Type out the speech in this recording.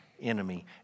enemy